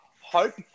Hope